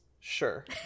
sure